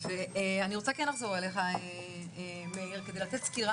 אני רוצה כן לחזור אליך מאיר כדי לתת סקירה